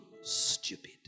stupid